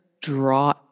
Draw